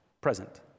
present